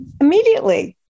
immediately